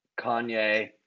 Kanye